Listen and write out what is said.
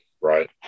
Right